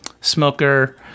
Smoker